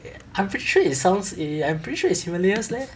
I'm pretty sure it sounds it I'm pretty sure it's himalayas leh